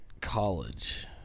college